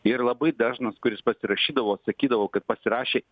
ir labai dažnas kuris pasirašydavo sakydavo kad pasirašė